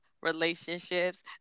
relationships